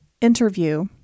interview